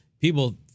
People